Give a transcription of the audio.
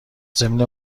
ضمن